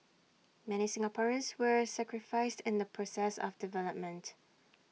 many Singaporeans were sacrificed in the process of development